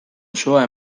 osoa